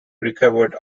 recovered